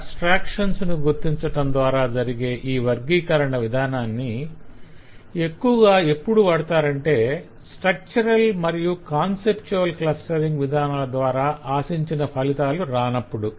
abstractions గుర్తించటం ద్వార జరిగే ఈ వర్గీకరణ విధానాన్ని ఎక్కువగా ఎప్పుడు వాడుతారంటే స్ట్రక్చరల్ మరియు కాంసేప్త్యువల్ క్లస్టరింగ్ విధానాల ద్వార ఆశించిన ఫలితాలు రానప్పుడు